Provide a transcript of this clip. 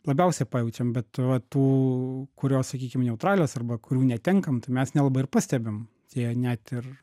labiausiai pajaučiam bet va tų kurios sakykim neutralios arba kurių netenkam tai mes nelabai ir pastebim jie net ir